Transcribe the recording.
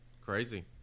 Crazy